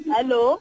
Hello